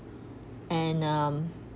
and um